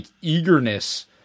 eagerness